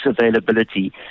availability